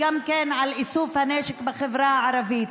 גם כן על איסוף הנשק בחברה הערבית,